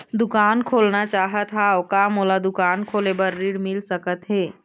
दुकान खोलना चाहत हाव, का मोला दुकान खोले बर ऋण मिल सकत हे?